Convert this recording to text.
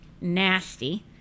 nasty